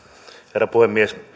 herra puhemies